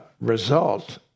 result